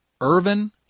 Irvin